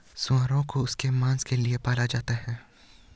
सूअरों को उनके मांस के लिए पाला जाता है